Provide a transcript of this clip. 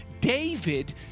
David